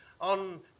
on